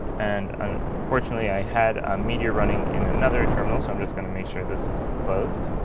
and and unfortunately, i had ah meteor running in another terminal. so i'm just going to make sure this closed.